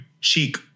cheek